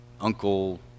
uncle